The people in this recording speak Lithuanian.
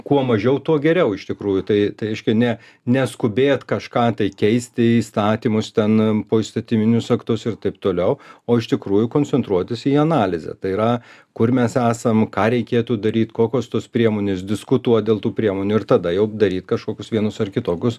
kuo mažiau tuo geriau iš tikrųjų tai reiškia ne neskubėt kažką tai keisti įstatymus ten poįstatyminius aktus ir taip toliau o iš tikrųjų koncentruotis į analizę tai yra kur mes esam ką reikėtų daryt kokios tos priemonės diskutuot dėl tų priemonių ir tada jau daryt kažkokius vienus ar kitokius